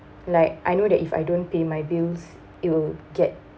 like I know that if I don't pay my bills it will get